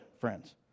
friends